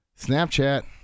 Snapchat